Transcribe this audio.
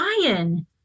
Ryan